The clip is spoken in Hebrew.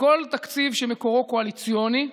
שבכל תקציב שמקורו קואליציוני,